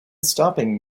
stopping